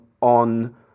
on